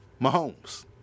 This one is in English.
Mahomes